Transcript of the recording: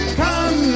come